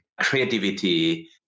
creativity